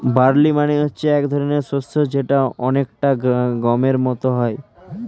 barley মানে হচ্ছে এক ধরনের শস্য যেটা অনেকটা গমের মত হয়